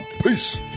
Peace